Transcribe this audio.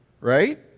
Right